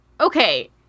Okay